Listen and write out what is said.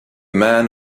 man